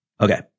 Okay